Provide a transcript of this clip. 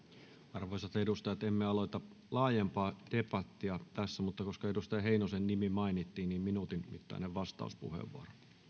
arvoisat edustajat emme aloita laajempaa debattia tässä mutta koska edustaja heinosen nimi mainittiin niin minuutin mittainen vastauspuheenvuoro